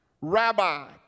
rabbi